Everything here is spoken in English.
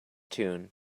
tune